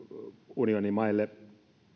unionimaille